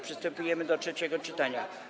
Przystępujemy do trzeciego czytania.